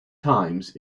times